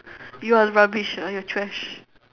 you are rubbish ah you're trash